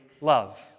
love